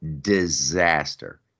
disaster